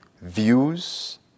views